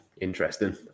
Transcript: interesting